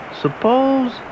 suppose